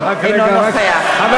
אינו נוכח איפה הוא?